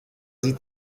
sie